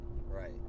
Right